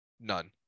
None